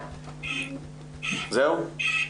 זהו?